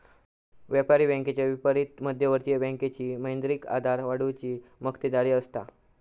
व्यापारी बँकेच्या विपरीत मध्यवर्ती बँकेची मौद्रिक आधार वाढवुची मक्तेदारी असता